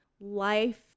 life